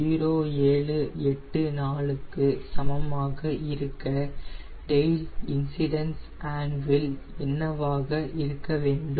0784 க்கு சமமாக இருக்க டெயில் இன்ஸிடெண்ஸ் ஆங்கில் என்னவாக இருக்க வேண்டும்